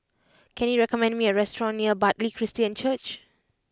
can you recommend me a restaurant near Bartley Christian Church